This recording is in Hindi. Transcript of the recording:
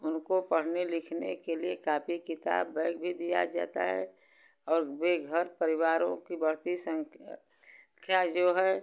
उनको पढ़ने लिखने के लिए कापी किताब बैग भी दिया जाता है और वे घर परिवारों की बढ़ती संख्या जो है